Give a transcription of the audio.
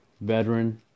veteran